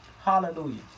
Hallelujah